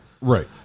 right